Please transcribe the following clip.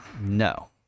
no